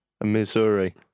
missouri